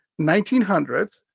1900s